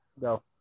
Go